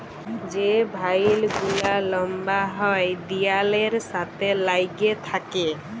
যে ভাইল গুলা লম্বা হ্যয় দিয়ালের সাথে ল্যাইগে থ্যাকে